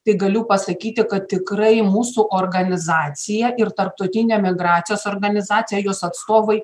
tai galiu pasakyti kad tikrai mūsų organizacija ir tarptautinė migracijos organizacija jos atstovai